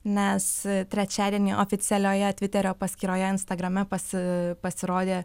nes trečiadienį oficialioje tviterio paskyroje instagrame pasi pasirodė